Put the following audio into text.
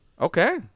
Okay